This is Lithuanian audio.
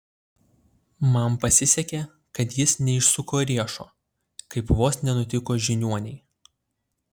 man pasisekė kad jis neišsuko riešo kaip vos nenutiko žiniuonei